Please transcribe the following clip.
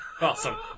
Awesome